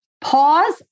pause